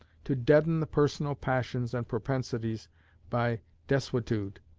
to deaden the personal passions and propensities by desuetude.